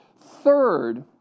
Third